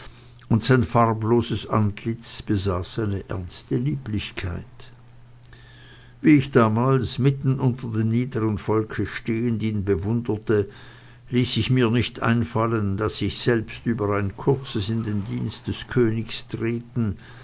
und sein farbloses antlitz besaß eine ernste lieblichkeit wie ich damals mitten unter dem niedern volke stehend ihn bewunderte ließ ich mir nicht einfallen daß ich selbst über ein kurzes in den dienst des königs treten